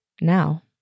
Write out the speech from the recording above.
now